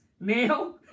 Nail